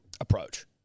approach